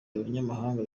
abanyamahanga